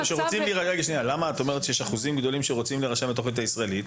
את אומרת שיש אחוזים גדולים שרוצים להירשם לתוכנית הישראלית.